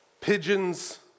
pigeons